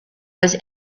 was